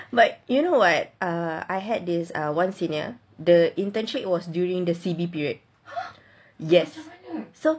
but you know what uh I had this one senior the internship was during the C_B period yes so